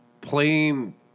playing